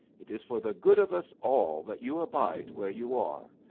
it is for the good of us all that you abide where you are.